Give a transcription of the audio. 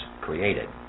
created